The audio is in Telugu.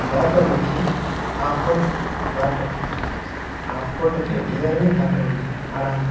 బ్యాక్వార్డ్ వచ్చి ఆఫ్కోర్ట్ దాటరు ఆఫ్కోర్ట్ అంటే డిఆర్ఏని దాటనోళ్ళు ఆడమ్